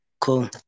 Cool